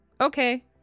okay